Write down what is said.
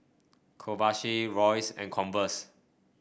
Kobayashi Royce and Converse